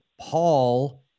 Paul